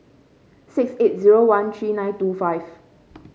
six eight zero one three nine two five